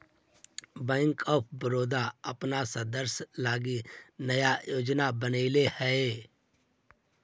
bank of Baroda अपन सदस्य लगी नया योजना बनैले हइ